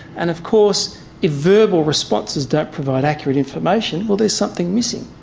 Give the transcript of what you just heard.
and of course if verbal responses don't provide accurate information well there's something missing.